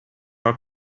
are